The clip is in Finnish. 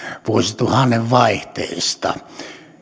vuosituhannen vaihteesta